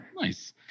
nice